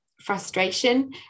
frustration